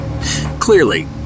Clearly